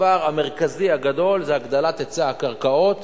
הדבר המרכזי הגדול זה הגדלת היצע הקרקעות,